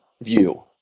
view